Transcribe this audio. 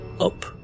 up